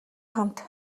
хамт